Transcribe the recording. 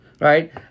right